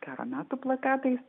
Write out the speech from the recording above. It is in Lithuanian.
karo metų plakatais